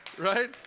right